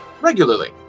regularly